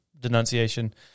denunciation